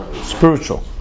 Spiritual